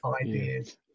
ideas